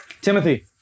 timothy